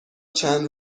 چند